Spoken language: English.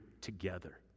together